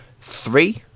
three